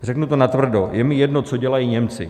Řeknu to natvrdo: Je mi jedno, co dělají Němci.